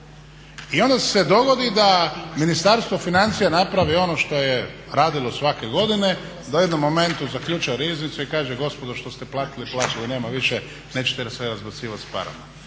I onda se dogodi da Ministarstvo financija napravi ono što je radilo svake godine, da u jednom momentu zaključa riznicu i kaže gospodo što ste platili, platili nema više nećete se razbacivati s parama.